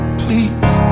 please